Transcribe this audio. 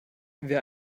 wer